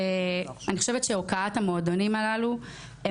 אני חושבת שהוקעת המועדונים הללו היא